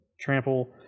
Trample